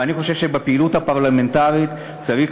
ואני חושב שבפעילות הפרלמנטרית צריך